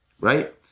right